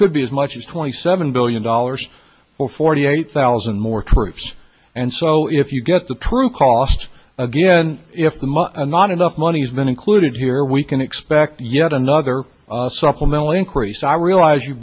could be as much as twenty seven billion dollars or forty eight thousand more troops and so if you get the true cost again if the money and not enough money has been included here we can expect yet another supplemental increase i realize you